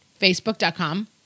Facebook.com